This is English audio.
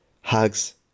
Hugs